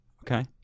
Okay